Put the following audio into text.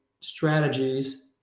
strategies